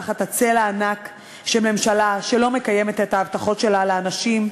תחת הצל הענק של ממשלה שלא מקיימת את ההבטחות שלה לאנשים,